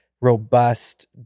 robust